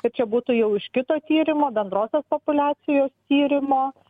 tai čia būtų jau iš kito tyrimo bendrosios populiacijos tyrimo